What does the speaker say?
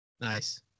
nice